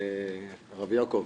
הרב יעקב,